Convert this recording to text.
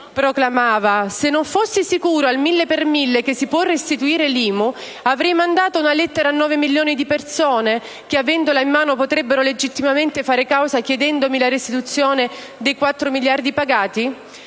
Proclamava: «se non fossi sicuro al mille per cento che si può restituire l'IMU, avrei mandato una lettera a nove milioni di persone che, avendo in mano la lettera, potrebbero legittimamente farmi causa chiedendo a me la restituzione dei quattro miliardi pagati?